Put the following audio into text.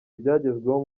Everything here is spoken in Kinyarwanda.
ibyagezweho